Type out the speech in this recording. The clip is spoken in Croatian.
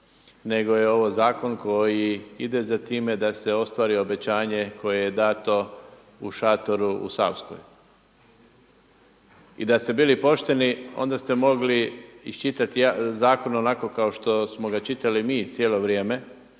nego je ovo zakon koji ide za time da se ostvari obećanje koje je dato u šatoru u Savskoj. I da ste bili pošteni onda ste mogli iščitati zakon kao što smo ga čitali mi cijelo vrijeme,